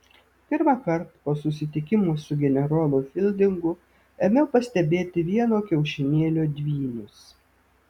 pirmąkart po susitikimo su generolu fildingu ėmiau pastebėti vieno kiaušinėlio dvynius